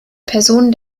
person